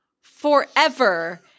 forever